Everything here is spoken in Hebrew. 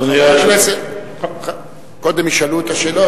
אדוני היושב-ראש, קודם ישאלו את השאלות.